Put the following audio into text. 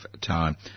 time